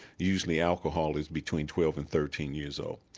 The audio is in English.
usually alcohol, is between twelve and thirteen years old,